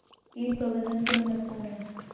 कीट प्रबंधन क्यों महत्वपूर्ण है?